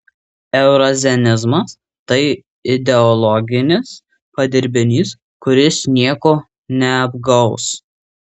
eurazianizmas tai ideologinis padirbinys kuris nieko neapgaus